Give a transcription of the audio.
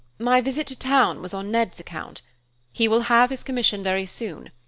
my visit to town was on ned's account he will have his commission very soon,